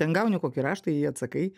ten gauni kokį raštą į jį atsakai